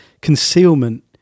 concealment